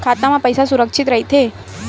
खाता मा पईसा सुरक्षित राइथे?